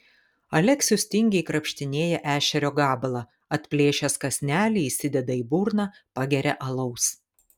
aleksius tingiai krapštinėja ešerio gabalą atplėšęs kąsnelį įsideda į burną pageria alaus